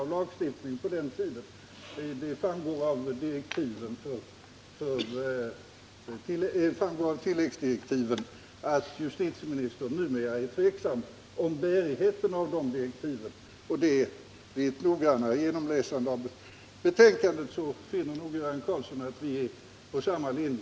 Vi kan av tilläggsdirektiven utläsa att justitieministern numera också är tveksam om bärigheten av de motiven. Vid en noggrannare genomläsning av betänkandet finner nog Göran Karlsson att vi är på samma linje.